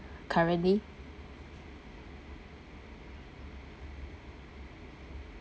currently